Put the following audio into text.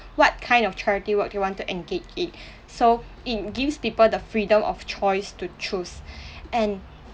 what kind of charity work you want to engage in so it gives people the freedom of choice to choose and